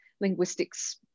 linguistics